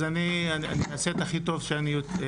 אבל אני אעשה את ההכי טוב שאני יודע.